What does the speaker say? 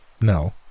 no